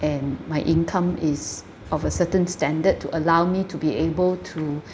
and my income is of a certain standard to allow me to be able to